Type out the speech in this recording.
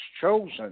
chosen